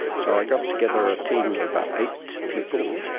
so i got together a team of about eight people.